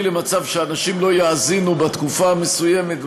למצב שאנשים לא יאזינו בתקופה המסוימת,